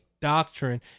doctrine